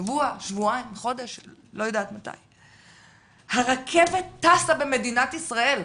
עוד שבוע, שבועיים, חודש, הרכבת טסה במדינת ישראל.